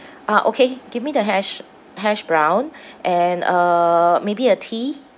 ah okay give me the hash hash brown and uh maybe a tea